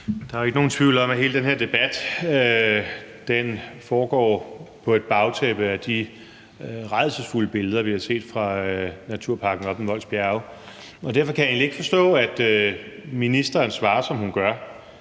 Der er jo ikke nogen tvivl om, at hele den her debat foregår på et bagtæppe af de rædselsfulde billeder, vi har set fra naturparken oppe i Mols Bjerge. Derfor kan jeg egentlig ikke forstå, at ministeren svarer, som hun gør.